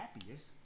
happiest